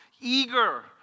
eager